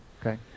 Okay